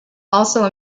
also